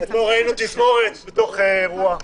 אתמול ראינו תזמורת באירוע.